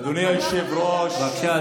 אדוני היושב-ראש --- בבקשה,